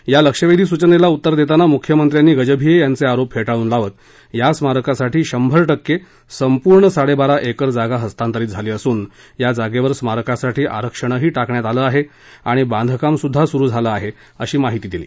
या लक्षवेधी सूचनेला उत्तर देताना मुख्यमंत्र्यांनी गजभिये यांचे आरोप फेटाळून लावत या स्मारकासाठी शंभर टक्के संपूर्ण साडेबारा एकर जागा हस्तांतरित झाली असून या जागेवर स्मारकासाठी आरक्षणही टाकण्यात आलं आहे आणि बांधकाम सुरू झालं आहे अशी माहिती दिली